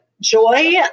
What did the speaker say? joy